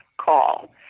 call